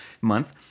Month